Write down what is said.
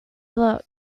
look